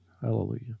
Hallelujah